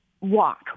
Walk